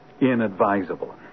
inadvisable